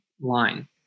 line